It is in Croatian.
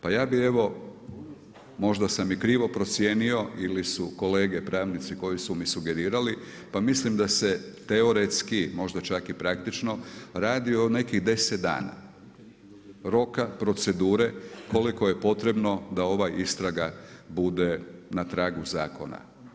Pa ja bih evo, možda sam i krivo procijenio ili su kolege, pravnici koji su mi sugerirali, pa mislim da se teoretski, možda čak i praktično radi o nekih 10 dana, roka, procedure, koliko je potrebno da ova istraga bude na tragu zakona.